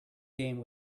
game